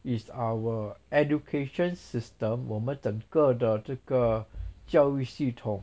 is our education system 我们整个的这个教育系统